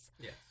Yes